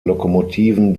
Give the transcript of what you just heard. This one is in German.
lokomotiven